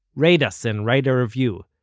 rate us, and write a review.